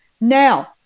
Now